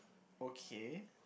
okay